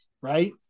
right